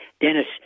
Dennis